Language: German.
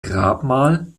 grabmal